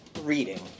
reading